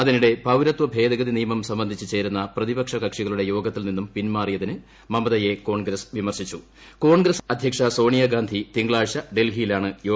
അതിനിടെ പൌരത്വ ഭേദഗതി നിയമം സംബന്ധിച്ച് ചേരുന്ന പ്രതിപ്ക്ഷ കക്ഷികളുടെ യോഗത്തിൽ നിന്നും പിൻമാറിയതിന് മമതയെ കോൺഗ്രസ് വിമർശിച്ചുട്ടു കോൺഗ്രസ് അധ്യക്ഷ സോണിയഗാന്ധി തിങ്കളാഴ്ച ഡൽഹിയിലാണ്ട് യോഗം വിളിച്ചത്